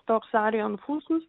toks arijon fukus